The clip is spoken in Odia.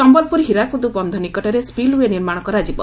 ସମ୍ୟଲପୁର ହୀରାକୁଦ ବନ୍ଧ ନିକଟରେ ସିଲ ଓଏ ନିର୍ମାଣ କରାଯିବ